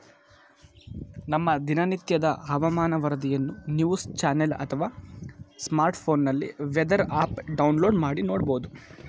ನಮ್ಮ ದಿನನಿತ್ಯದ ಹವಾಮಾನ ವರದಿಯನ್ನು ನ್ಯೂಸ್ ಚಾನೆಲ್ ಅಥವಾ ಸ್ಮಾರ್ಟ್ಫೋನ್ನಲ್ಲಿ ವೆದರ್ ಆಪ್ ಡೌನ್ಲೋಡ್ ಮಾಡಿ ನೋಡ್ಬೋದು